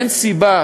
אין סיבה